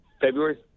February